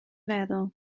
meddwl